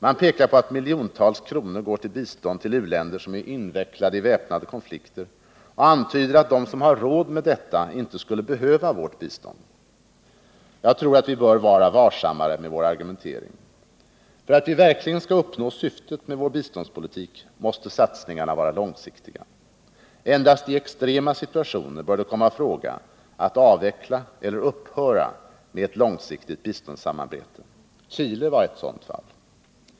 Man pekar på att miljontals kronor går till bistånd till u-länder som är invecklade i väpnade konflikter och antyder att de som har råd med detta inte skulle behöva vårt bistånd. Jag tror att vi bör vara varsammare i vår argumentering. För att vi verkligen skall uppnå syftet med vår biståndspolitik måste våra satsningar vara långsiktiga. Endast i extrema situationer bör det komma i fråga att avveckla eller upphöra med ett långsiktigt biståndssamarbete. Chile var ett sådant fall.